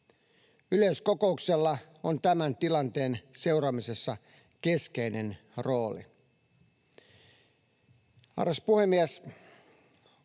Yleiskokouksella on tämän tilanteen seuraamisessa keskeinen rooli.